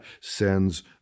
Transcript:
sends